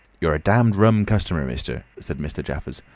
you're a damned rum customer, mister, said mr. jaffers.